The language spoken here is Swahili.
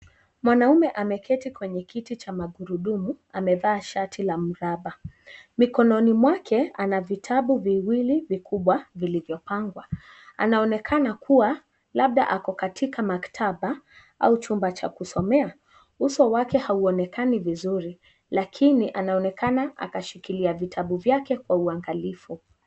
Mwanaume ameketi kwenye kiti cha magurudumu amevaa shati la mraba. Mikononi mwake ana vitabu viwili vikubwa vilivyopangwa. Anaonekana kuwa labda ako katika maktaba au chumba cha kusomea. Uso wake hauonekani vizuri lakini anaonekana akishikilia vitabu vyake kwa uangalifu.